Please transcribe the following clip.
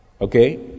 okay